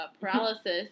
paralysis